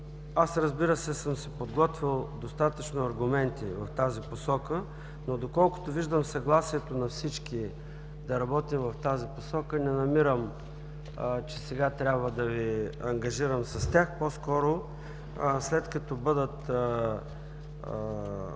Разбира се, подготвил съм си достатъчно аргументи в тази посока, но доколкото виждам, съгласието на всички е да работим в тази посока. Не намирам, че сега трябва да Ви ангажирам с тях, по-скоро, след като бъдат